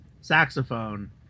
saxophone